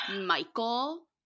Michael